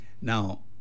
Now